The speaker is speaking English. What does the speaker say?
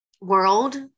world